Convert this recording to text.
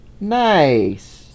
nice